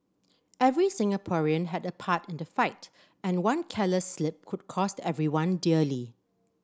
every Singaporean had a part in the fight and one careless slip could cost everyone dearly